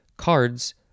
Cards